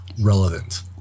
relevant